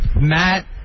Matt